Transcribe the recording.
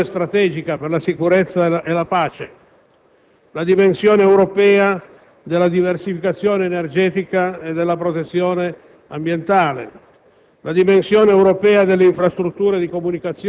la dimensione europea nella cooperazione strategica per la sicurezza e la pace, nella diversificazione energetica e nella protezione ambientale,